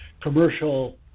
commercial